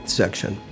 section